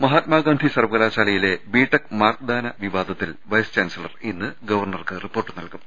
മഹാത്മാഗാന്ധി സർവ്വകലാശാലയിലെ B Tech mark ദാന വിവാദത്തിൽ വൈസ് ചാൻസലർ ഇന്ന് ഗവർണർക്ക് റിപ്പോർട്ട് നൽകും